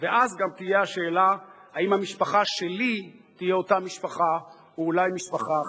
ואז גם תהיה השאלה האם המשפחה שלי תהיה אותה משפחה ואולי משפחה אחרת.